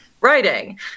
writing